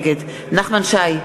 נגד נחמן שי,